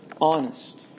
honest